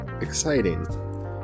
exciting